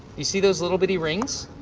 you see those little bitty rings?